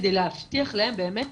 כדי להבטיח להם באמת